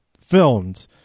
filmed